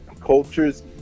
cultures